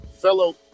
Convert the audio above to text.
fellow